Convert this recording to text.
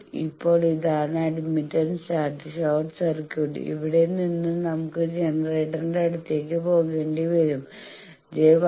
ഇപ്പോൾ ഇതാണ് admittance chart short circuit ഇവിടെ നിന്ന് നമുക്ക് ജനറേറ്ററിന്റെ അടുത്തേക്ക് പോകേണ്ടിവരും ജെ 1